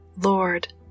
Lord